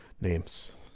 Names